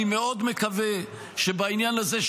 אני מאוד מקווה שבעניין הזה,